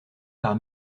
par